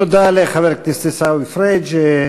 תודה לחבר הכנסת עיסאווי פריג'.